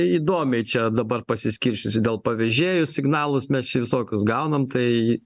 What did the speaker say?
įdomiai čia dabar pasiskirsčiusi dėl pavežėjų signalus mes čia visokius gaunam tai